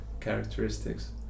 characteristics